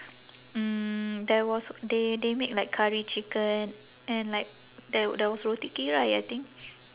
mm there was they they made like curry chicken and like there there was roti kirai I think